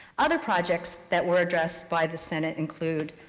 other projects that were addressed by the senate include,